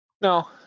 No